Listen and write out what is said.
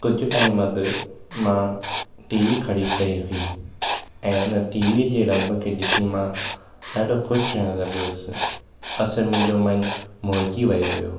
कुझु टाइम अॻु मां टी वी ख़रीद कई हुई ऐं उन टीवीअ जे रंग खे ॾिसी मां ॾाढो ख़ुशि थियण लॻो हुअसि असलु मुंहिंजो मनु मोहिजी बियो हुयो